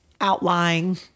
outlying